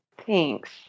Thanks